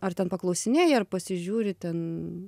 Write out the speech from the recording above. ar ten paklausinėji ar pasižiūri ten